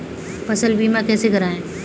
फसल बीमा कैसे कराएँ?